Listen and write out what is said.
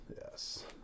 yes